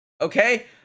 okay